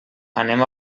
anem